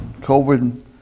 COVID